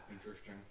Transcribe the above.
interesting